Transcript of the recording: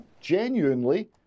genuinely